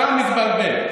אתה מתבלבל.